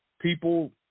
People